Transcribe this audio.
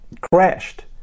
crashed